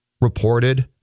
reported